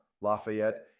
Lafayette